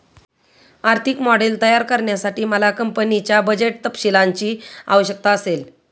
आर्थिक मॉडेल तयार करण्यासाठी मला कंपनीच्या बजेट तपशीलांची आवश्यकता असेल